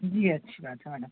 جی اچھی بات ہے میڈم